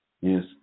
yes